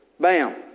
Bam